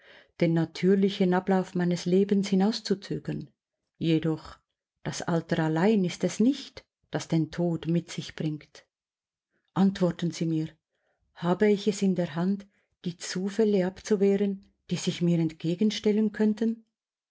den natürlichen ablauf meines lebens hinauszuzögern jedoch das alter allein ist es nicht das den tod mit sich bringt antworten sie mir habe ich es in der hand die zufälle abzuwehren die sich mir entgegenstellen könnten